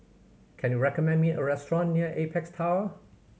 can you recommend me a restaurant near Apex Tower